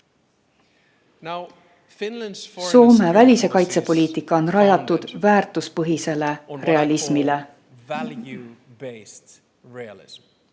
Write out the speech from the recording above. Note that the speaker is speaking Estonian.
Soome välis‑ ja kaitsepoliitika on rajatud väärtuspõhisele realismile